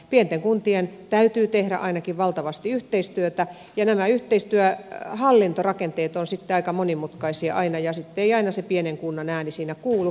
pienten kuntien täytyy tehdä ainakin valtavasti yhteistyötä ja nämä yhteistyöhallintorakenteet ovat sitten aina aika monimutkaisia ja sitten ei aina sen pienen kunnan ääni siinä kuulu